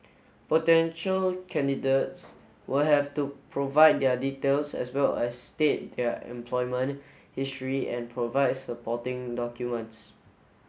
potential candidates will have to provide their details as well as state their employment history and provide supporting documents